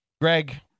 Greg